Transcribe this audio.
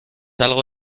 algo